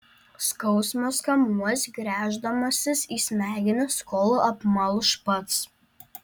skausmas kamuos gręždamasis į smegenis kol apmalš pats